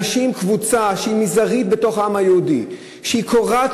אנשים, קבוצה שהיא מזערית בתוך העם היהודי, שקורעת